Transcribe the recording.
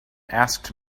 asked